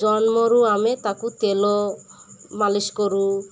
ଜନ୍ମରୁ ଆମେ ତାକୁ ତେଲ ମାଲିସ୍ କରୁ